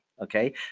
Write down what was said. okay